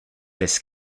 this